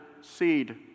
seed